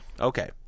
Okay